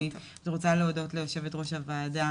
אז אני רוצה להודות ליושבת ראש הוועדה